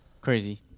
Crazy